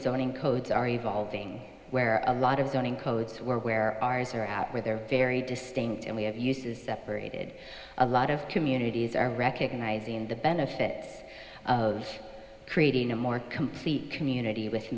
zoning codes are evolving where a lot of zoning codes where ours are out where they're very distinct and we have uses separated a lot of communities are recognizing the benefits of creating a more complete community with